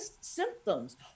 symptoms